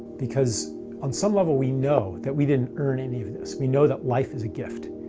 because on some level we know that we didn't earn any of this. we know that life is a gift.